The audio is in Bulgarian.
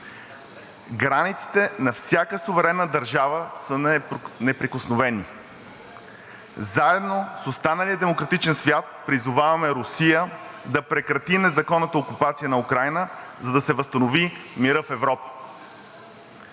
Границите на всяка суверенна държава са неприкосновени. Заедно с останалия демократичен свят призоваваме Русия да прекрати незаконната окупация на Украйна, за да се възстанови мирът в Европа.